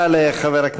8 מיכאל